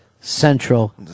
central